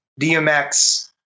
DMX